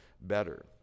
better